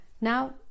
Now